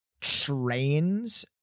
trains